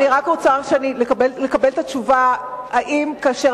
אני רק רוצה לקבל את התשובה: האם כאשר